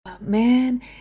Man